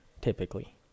typically